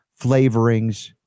flavorings